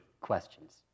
questions